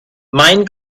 mein